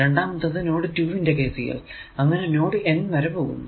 രണ്ടാമത്തേത് നോഡ് 2 ന്റെ KCL അങ്ങനെ നോഡ് N വരെ പോകുന്നു